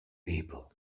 paper